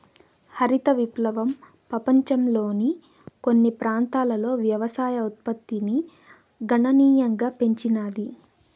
హరిత విప్లవం పపంచంలోని కొన్ని ప్రాంతాలలో వ్యవసాయ ఉత్పత్తిని గణనీయంగా పెంచినాది